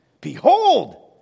Behold